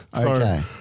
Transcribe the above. Okay